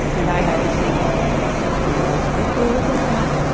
and i had to sing twinkle, twinkle, little bat!